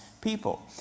people